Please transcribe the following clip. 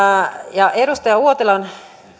edustaja uotilan